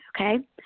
okay